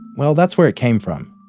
well, that's where it came from.